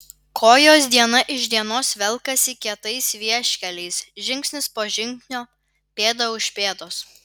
kojos diena iš dienos velkasi kietais vieškeliais žingsnis po žingsnio pėda už pėdos